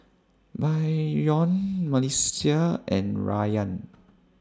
Bryon Melissia and Rayan